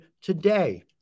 today